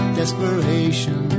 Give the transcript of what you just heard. desperation